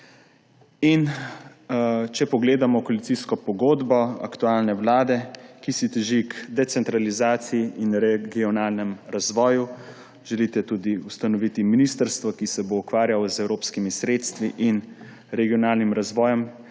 Če pogledamo koalicijsko pogodbo aktualne vlade, teži k decentralizaciji in regionalnemu razvoju, želite tudi ustanoviti ministrstvo, ki se bo ukvarjalo z evropskimi sredstvi in regionalnim razvojem,